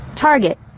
Target